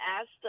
asked